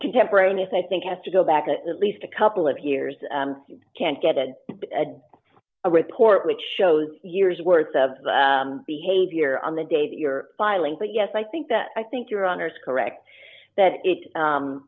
contemporaneous i think has to go back at least a couple of years you can't get it a report which shows years worth of behavior on the day that you're filing but yes i think that i think your honour's correct that it